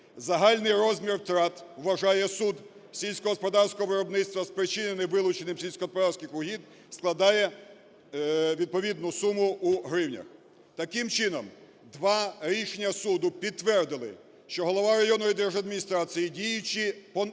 Загальний розмір втрат – вважає суд – сільськогосподарського виробництва, спричинений вилученням сільськогосподарських угідь, складає відповідну суму у гривнях". Таким чином, два рішення суду підтвердили, що голова районної держадміністрації, діючи по вказівці